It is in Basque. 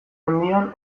handian